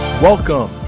Welcome